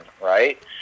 right